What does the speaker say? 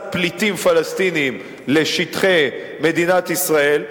פליטים פלסטינים לשטחי מדינת ישראל.